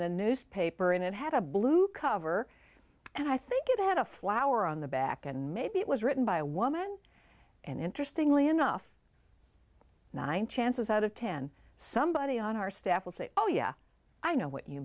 the newspaper and it had a blue cover and i think it had a flower on the back and maybe it was written by a woman and interestingly enough nine chances out of ten somebody on our staff will say oh yeah i know what you